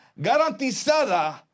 garantizada